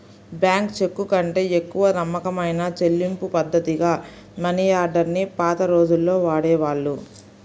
bank చెక్కుకంటే ఎక్కువ నమ్మకమైన చెల్లింపుపద్ధతిగా మనియార్డర్ ని పాత రోజుల్లో వాడేవాళ్ళు